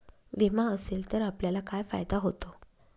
विमा असेल तर आपल्याला काय फायदा होतो?